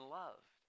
loved